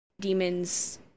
demons